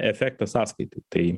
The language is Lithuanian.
efektą sąskaitai tai